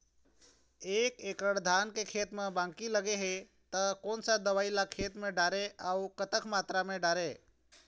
एक एकड़ धान के खेत मा बाकी लगे हे ता कोन सा दवई ला खेत मा डारी अऊ कतक मात्रा मा दारी?